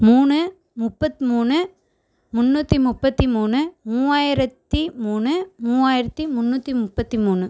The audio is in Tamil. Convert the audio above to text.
மூணு முப்பத்தி மூணு முன்னூற்றி முப்பத்தி மூணு மூவாயிரத்து மூணு மூவாயிரத்து முன்னூற்றி முப்பத்தி மூணு